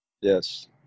Yes